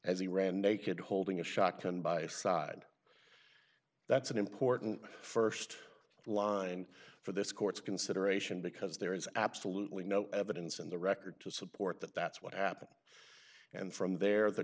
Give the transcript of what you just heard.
as he ran naked holding a shotgun by a side that's an important st line for this court's consideration because there is absolutely no evidence in the record to support that that's what happened and from there the